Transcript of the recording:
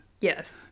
Yes